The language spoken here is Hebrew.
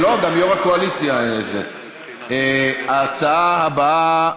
לא, גם יו"ר הקואליציה, ההצעה הבאה,